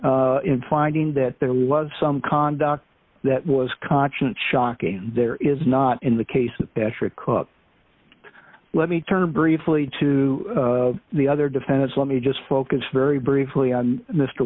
erred in finding that there was some conduct that was conscience shocking there is not in the case of patrick cook let me turn briefly to the other defendants let me just focus very briefly on mr